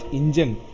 engine